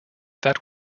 that